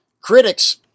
critics